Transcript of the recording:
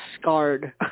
scarred